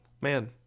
man